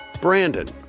Brandon